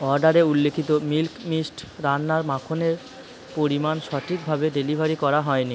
অর্ডারে উল্লিখিত milk mist রান্নার মাখনের পরিমাণ সঠিকভাবে ডেলিভারি করা হয় নি